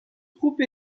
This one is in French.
troupe